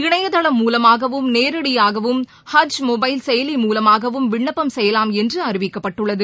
இணையதளம் மூலமாகவும் நேரடியாகவும் ஹஜ் மொபைல் செயலி மூலமாகவும் விண்ணப்பம் செய்யலாம் என்றுஅறிவிக்கப்பட்டுள்ளது